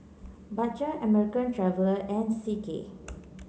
Bajaj American Traveller and C K